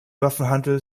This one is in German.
waffenhandel